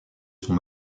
son